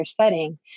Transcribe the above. setting